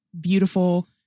beautiful